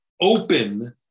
open